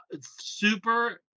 super